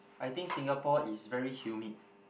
I think Singapore is very humid